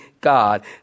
God